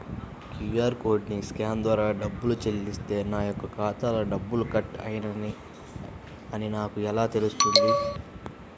QR కోడ్ని scan ద్వారా డబ్బులు చెల్లిస్తే నా యొక్క ఖాతాలో డబ్బులు కట్ అయినవి అని నాకు ఎలా తెలుస్తుంది?